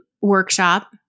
workshop